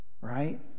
right